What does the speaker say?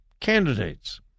candidates